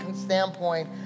standpoint